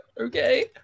okay